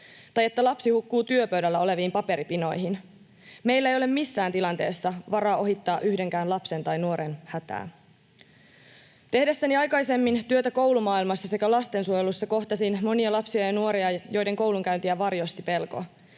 tai että lapsi hukkuu työpöydällä oleviin paperipinoihin. Meillä ei ole missään tilanteessa varaa ohittaa yhdenkään lapsen tai nuoren hätää. Tehdessäni aikaisemmin työtä koulumaailmassa sekä lastensuojelussa kohtasin monia lapsia ja nuoria, joiden koulunkäyntiä varjosti pelko.